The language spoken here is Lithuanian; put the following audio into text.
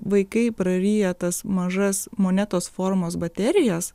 vaikai prariję tas mažas monetos formos baterijas